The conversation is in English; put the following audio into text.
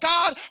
God